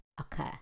Okay